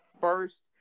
first